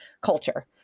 culture